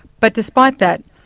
but despite that,